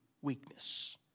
weakness